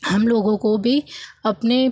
हमलोगों को भी अपनी